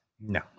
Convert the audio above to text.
no